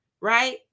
right